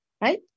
right